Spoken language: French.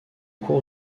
cours